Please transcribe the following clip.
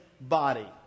body